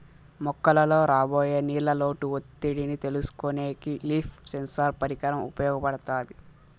మొక్కలలో రాబోయే నీళ్ళ లోటు ఒత్తిడిని తెలుసుకొనేకి లీఫ్ సెన్సార్ పరికరం ఉపయోగపడుతాది